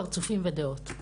פרצופים ודעות,